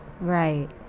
Right